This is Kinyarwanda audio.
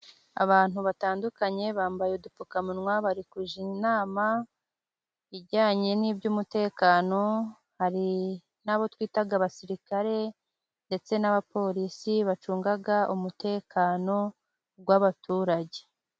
Abantu batandukanye bambaye udupfukamunwa barikujya inama ijyanye n'iby'umutekano. Hari n'abo twita abasirikare ndetse n'abapolisi bacunga umutekano w'abaturage.